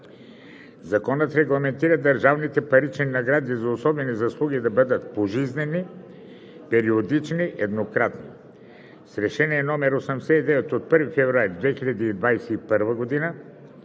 Законът регламентира държавните парични награди за особени заслуги да бъдат: пожизнени, периодични и еднократни. С Решение № 89 от 1 февруари 2021 г.